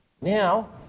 Now